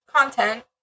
content